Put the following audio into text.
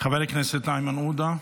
חבר הכנסת איימן עודה,